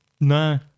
no